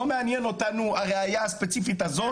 לא מעניין אותנו הראיה הספציפית הזאת